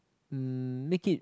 um make it